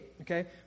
okay